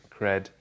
Cred